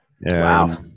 wow